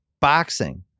boxing